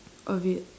of it